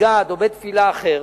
מסגד או בית-תפילה אחר,